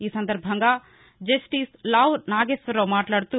ఈ సందర్బంగా జస్టిస్ లావు నాగేశ్వరరావు మాట్లాడుతూ